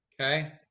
Okay